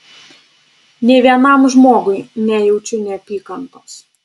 nė vienam žmogui nejaučiu neapykantos